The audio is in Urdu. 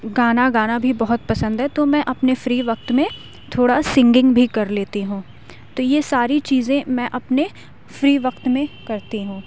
گانا گانا بھی بہت پسند ہے تو میں اپنے فری وقت میں تھوڑا سنگنگ بھی کر لیتی ہوں تو یہ ساری چیزیں میں اپنے فری وقت میں کرتی ہوں